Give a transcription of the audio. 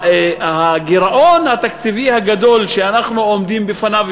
הגירעון התקציבי הגדול שאנחנו עומדים בפניו,